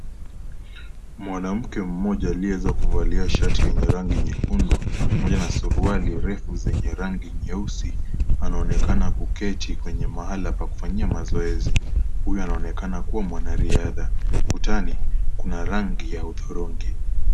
Mwanamke mmoja aliyeweza kuvalia shati yenye rangi nyekundu, pamoja na suruali refu zenye rangi nyeusi, anaonekana kuketi kwenye mahala pa kufanyia mazoezi. Huyu anaonekana kuwa mwanariadha. Kutani, kuna rangi ya hudhurungi.